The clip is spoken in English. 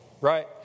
right